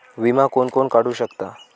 विमा कोण कोण काढू शकता?